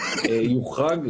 יוחרג,